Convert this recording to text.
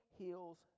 heals